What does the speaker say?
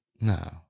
no